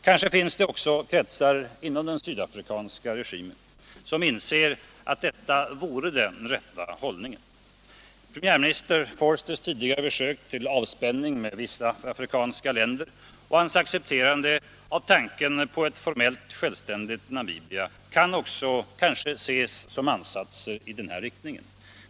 Kanske finns det också kretsar inom den sydafrikanska regimen som inser att detta är den enda rätta hållningen. Premiärminister Voersters tidigare försök till avspänning med vissa afrikanska länder och hans ac cepterande av tanken på ett formellt självständigt Namibia kan kanske också ses som ansatser i den riktningen.